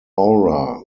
aura